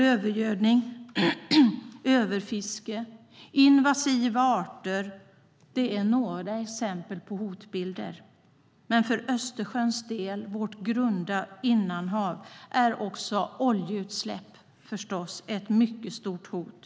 Övergödning, överfiske och invasiva arter är några exempel på hotbilder. Men för Östersjön, vårt grunda innanhav, är också oljeutsläpp förstås ett mycket stort hot.